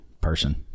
person